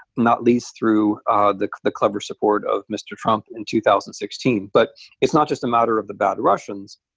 not least through ah the the clever support of mr. trump in two thousand and sixteen. but it's not just a matter of the bad russians,